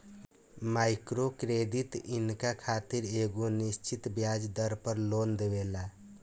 micro credit इनका खातिर एगो निश्चित ब्याज दर पर लोन देवेला